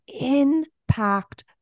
impact